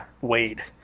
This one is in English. Wade